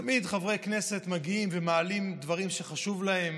תמיד חברי כנסת מגיעים ומעלים דברים שחשובים להם.